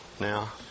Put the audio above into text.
now